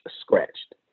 scratched